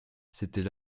c’était